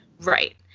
Right